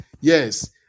Yes